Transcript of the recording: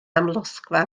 amlosgfa